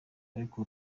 ariko